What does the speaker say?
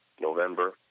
November